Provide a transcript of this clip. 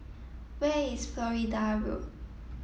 where is Florida Road